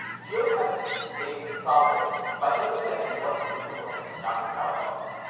geopipe aims to solve this by understanding what's in the world, not just how it looks.